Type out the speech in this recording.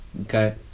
Okay